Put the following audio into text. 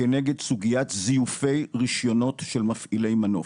כנגד סוגיית זיופי רישיונות של מפעילי מנוף.